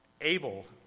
able